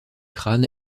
crâne